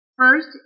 First